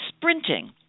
sprinting